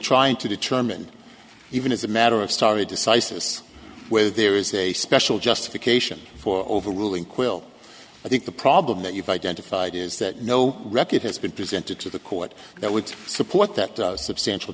trying to determine even as a matter of stari decisis whether there is a special justification for overruling quill i think the problem that you've identified is that no record has been presented to the court that would support that substantial